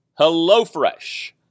HelloFresh